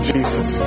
Jesus